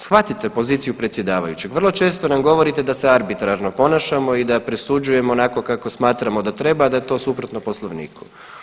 Shvatite poziciju predsjedavajućeg, vrlo često nam govorite da se arbitrarno ponašamo i da presuđujemo onako kako smatramo da treba, a da je to suprotno Poslovniku.